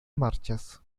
marchas